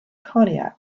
conneaut